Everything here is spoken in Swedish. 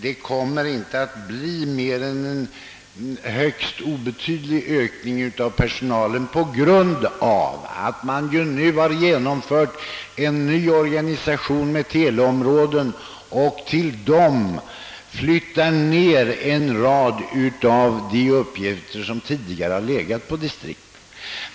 Det kommer inte att bli mer än en högst obetydlig ökning av personalen, detta på grund av att man genomfört en ny organisation med teleområden, till vilka man flyttat över och ned en rad av de uppgifter som tidigare behandlats centralt.